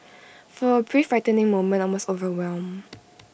for A brief frightening moment I was overwhelmed